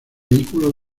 vehículos